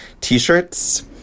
T-shirts